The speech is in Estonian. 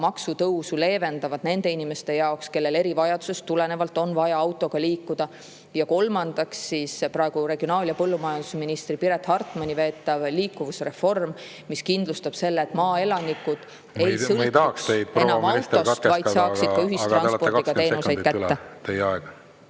maksutõusu nende inimeste jaoks, kellel erivajadusest tulenevalt on vaja autoga liikuda. Ja kolmandaks on praegu regionaal- ja põllumajandusminister Piret Hartmani veetav liikuvusreform, mis kindlustab selle, et maaelanikud ei sõltu enam autost … Ma ei tahaks teid, proua